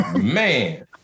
Man